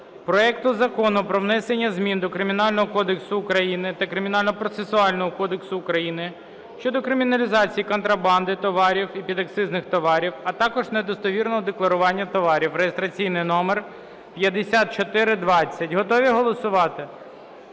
проекту Закону про внесення змін до Кримінального кодексу України та Кримінального процесуального кодексу України щодо криміналізації контрабанди товарів і підакцизних товарів, а також недостовірного декларування товарів (реєстраційний номер 5420). Готові голосувати?